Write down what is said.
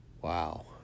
Wow